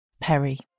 Perry